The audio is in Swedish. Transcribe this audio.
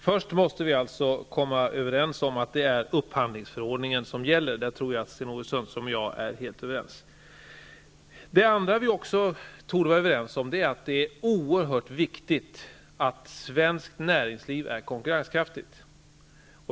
Herr talman! Vi måste först komma överens om att det är upphandlingsförordningen som gäller. Det tror jag att Sten-Ove Sundström och jag är helt överens om. Vi torde även vara överens om att det är oerhört viktigt att svenskt näringsliv är konkurrenskraftigt.